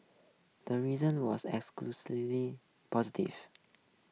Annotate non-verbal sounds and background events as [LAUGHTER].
the reason was [UNINTELLIGIBLE] positive